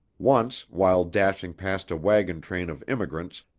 once, while dashing past a wagon train of immigrants,